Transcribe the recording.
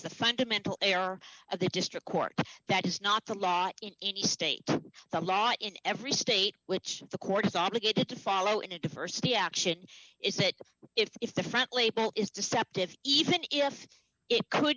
the fundamental error of the district court that is not the law in any state the law in every state which the court is obligated to follow in a diversity action is that if different label is deceptive even if it could